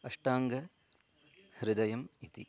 अट्टाङ्गहृदयम् इति